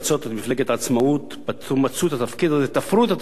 תפרו את התפקיד לוילנאי.